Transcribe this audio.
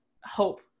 hope